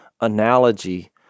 analogy